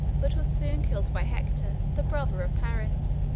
but was soon killed by hector, the brother of paris.